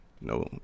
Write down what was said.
no